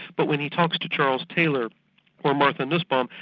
but when he talks to charles taylor or martha nussbaum,